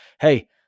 hey